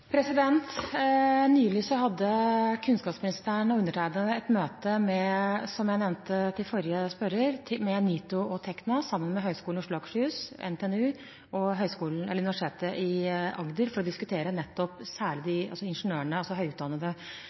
Nylig hadde kunnskapsministeren og undertegnede et møte, som jeg nevnte til forrige spørrer, med NITO og Tekna, sammen med Høgskolen i Oslo og Akershus, NTNU og Universitetet i Agder, for å diskutere situasjonen særlig for de høyt utdannede – ingeniørene